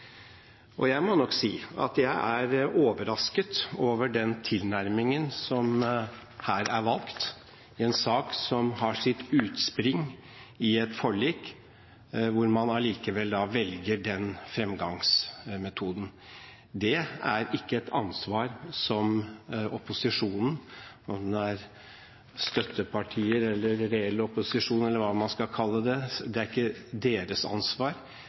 Og jeg må nok si at jeg er overrasket over den tilnærmingen som her er valgt, i en sak som har sitt utspring i et forlik hvor man allikevel velger den framgangsmåten. Det er ikke et ansvar som opposisjonen – om det er støttepartier, den reelle opposisjonen eller hva man skal kalle det – har. Det er regjeringens eget ansvar